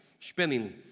spinning